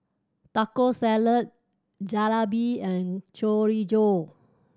Taco Salad Jalebi and Chorizo